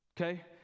okay